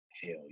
Hell